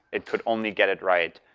it could only get it right